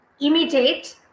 Imitate